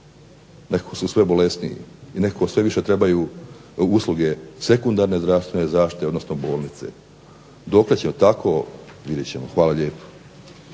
Nekako su sve bolesniji i nekako sve više trebaju usluge sekundarne zdravstvene zaštite odnosno bolnice. Dokle će tako vidjet ćemo. Hvala lijepo.